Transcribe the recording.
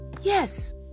Yes